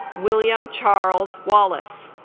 william charles wallace